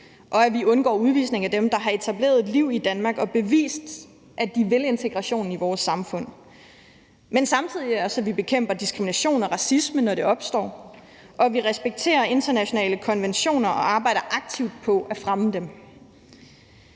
og at vi undgår udvisning af dem, der har etableret et liv i Danmark og bevist, at de vil integrationen i vores samfund, men samtidig indebærer det også, at vi bekæmper diskrimination og racisme, når det opstår, og at vi respekterer internationale konventioner og arbejder aktivt på at fremme dem.